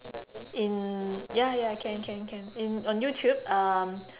in ya ya can can can in on youtube um